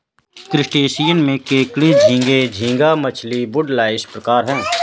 crustaceans में केकड़े झींगे, झींगा मछली, वुडलाइस प्रकार है